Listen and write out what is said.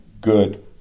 good